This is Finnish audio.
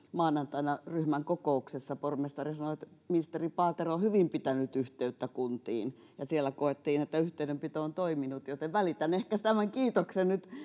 maanantaina ryhmän kokouksessa pormestari sanoi että ministeri paatero on hyvin pitänyt yhteyttä kuntiin ja siellä koettiin että yhteydenpito on toiminut ehkä välitän tämän kiitoksen nyt